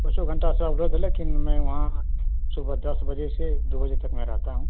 चौबीसों घंटा सब उपलब्ध है लेकिन मैं वहाँ सुबह दस बजे से दो बजे तक मैं रहता हूँ